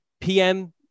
PM